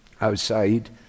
outside